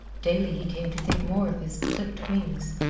daily he came to think more of his clipped wings,